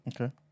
Okay